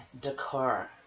decor